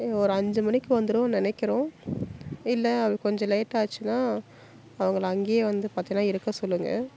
ஒரு அஞ்சு மணிக்கு வந்துடுவோம்னு நினைக்கிறோம் இல்லை அது கொஞ்சம் லேட்டாச்சுன்னா அவங்கள அங்கேயே வந்து பாத்திங்ன்னா இருக்க சொல்லுங்கள்